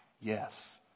Yes